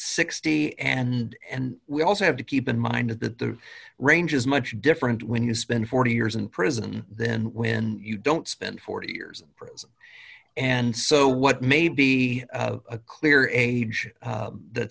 sixty and and we also have to keep in mind that the range is much different when you spend forty years in prison then when you don't spend forty years prison and so what may be a clear age that